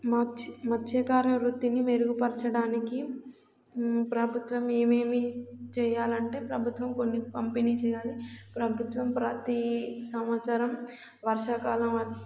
మత్స్యకార వృత్తిని మెరుగుపరచడానికి ప్రభుత్వం ఏమేమి చేయాలంటే ప్రభుత్వం కొన్ని పంపిణీ చేయాలి ప్రభుత్వం ప్రతి సంవత్సరం వర్షాకాలం